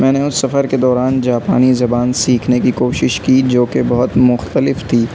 میں نے اس سفر کے دوران جاپانی زبان سیکھنے کی کوشش کی جو کہ بہت مختلف تھی